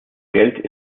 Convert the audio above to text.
geld